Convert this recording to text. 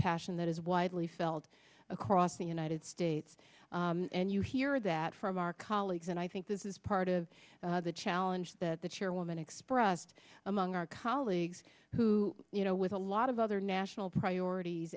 passion that is widely felt across the united states and you hear that from our colleagues and i think this is part of the challenge that the chairwoman expressed among our colleagues who you know with a lot of other national priorities